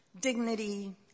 dignity